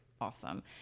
awesome